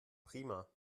prima